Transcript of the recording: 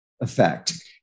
effect